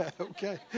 Okay